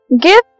give